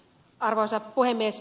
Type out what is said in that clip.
arvoisa puhemies